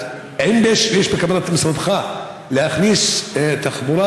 אז האם יש בכוונת משרדך להכניס תחבורה